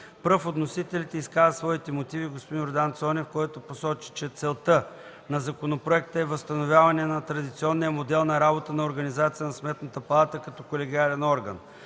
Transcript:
Пръв от вносителите изказа своите мотиви господин Йордан Цонев, който посочи, че целта на законопроекта е възстановяване на традиционния модел на работа, на организация на Сметната палата като колегиален орган.